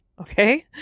Okay